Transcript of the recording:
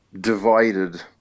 divided